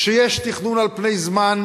שיהיה תכנון על פני זמן,